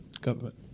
government